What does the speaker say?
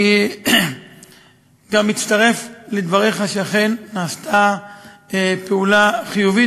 אני גם מצטרף לדבריך שאכן נעשתה פעולה חיובית